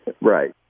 Right